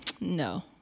no